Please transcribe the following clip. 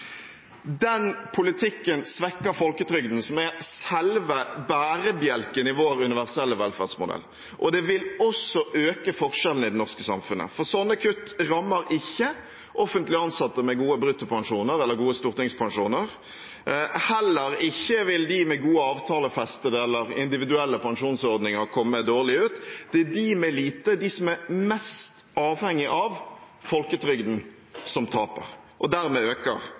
Den politikken svekker folketrygden, som er selve bærebjelken i vår universelle velferdsmodell, og det vil også øke forskjellene i det norske samfunnet. For sånne kutt rammer ikke offentlig ansatte med gode bruttopensjoner eller gode stortingspensjoner. Heller ikke vil de med gode avtalefestede eller individuelle pensjonsordninger komme dårlig ut. Det er de med lite – de som er mest avhengige av folketrygden – som taper, og dermed øker